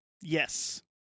Yes